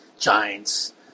Giants